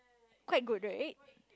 quite good right